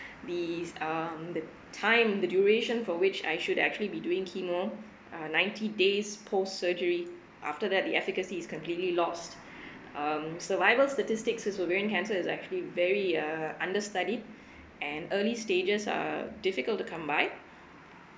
these um the time the duration for which I should actually be doing chemo~ uh ninety days post surgery after that the efficacy is completely lost um survival statistics for ovarian cancer is actually very uh under study and early stages are difficult to come by